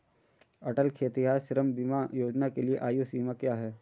अटल खेतिहर श्रम बीमा योजना के लिए आयु सीमा क्या है?